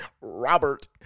robert